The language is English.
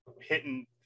hitting